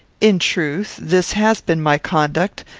in truth, this has been my conduct,